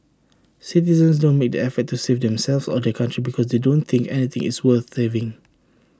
citizens don't make the effort to save themselves or their country because they don't think anything is worth saving